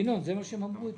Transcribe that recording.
ינון, זה מה שהם אמרו אתמול.